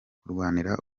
kurwanira